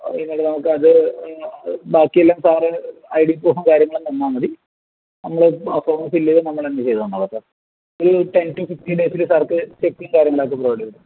എന്നിട്ട് നമ്മൾക്കത് ബാക്കിയെല്ലാം സാർ ഐ ഡി പ്രൂഫും കാര്യങ്ങളും തന്നാൽ മതി നമ്മൾ ആ ഫോം ഫിൽ ചെയ്ത് നമ്മൾ തന്നെ ചെയ്തു തന്നോളാം സാർ ഒരു ടെൻ ടു ഫിഫ്റ്റീൻ ഡേയ്സിൽ സാർക്ക് ചെക്കും കാര്യങ്ങളൊക്കെ പ്രൊവൈഡ് ചെയ്തു തരും